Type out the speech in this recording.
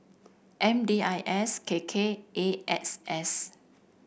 M D I S K K and A X S